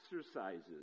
exercises